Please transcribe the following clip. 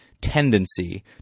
tendency